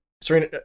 serena